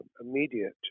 immediate